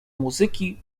muzyki